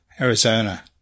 Arizona